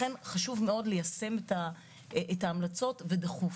לכן, חשוב מאוד ליישם את ההמלצות, ודחוף.